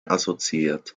assoziiert